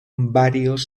varios